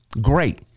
Great